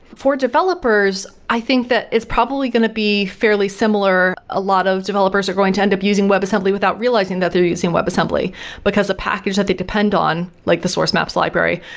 for developers, i think that it is probably going to be fairly similar. a lot of developers are going to end up using web assembly without realizing that they are using web assembly because the package that they depend on, like the source maps library,